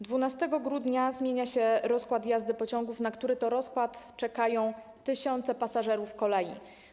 12 grudnia zmienia się rozkład jazdy pociągów, na który to rozkład czekają tysiące pasażerów kolei.